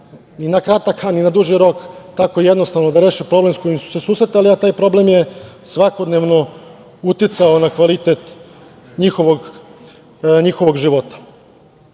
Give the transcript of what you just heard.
i na kratak i na duži rok tako jednostavno da reše problem s kojim su se susretali, a taj problem je svakodnevno uticao na kvalitet njihovog života.U